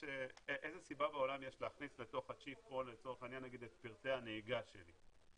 איזו סיבה בעולם יש להכניס לתוך הצ'יפ את פרטי הנהיגה שלי לצורך העניין.